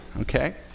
okay